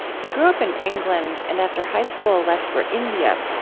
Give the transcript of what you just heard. he grew up in england and after high school, left for india,